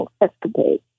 escapade